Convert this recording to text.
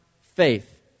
faith